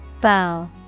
Bow